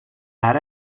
ara